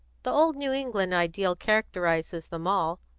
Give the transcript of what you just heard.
the old new england ideal characterises them all,